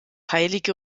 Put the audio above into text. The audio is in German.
heilige